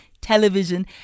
television